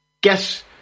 guess